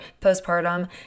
postpartum